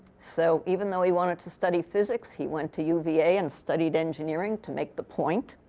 so even though he wanted to study physics, he went to uva and studied engineering to make the point.